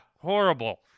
horrible